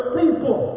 people